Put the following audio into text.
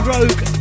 Rogue